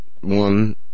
One